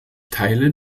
teile